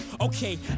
okay